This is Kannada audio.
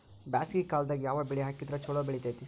ಬ್ಯಾಸಗಿ ಕಾಲದಾಗ ಯಾವ ಬೆಳಿ ಹಾಕಿದ್ರ ಛಲೋ ಬೆಳಿತೇತಿ?